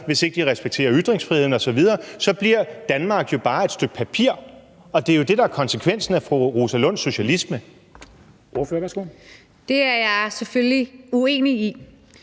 hvis ikke de respekterer ytringsfriheden osv.? Så bliver Danmark jo bare et stykke papir, og det er jo det, der er konsekvensen af fru Rosa Lunds socialisme. Kl. 14:25 Formanden (Henrik